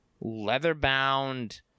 leather-bound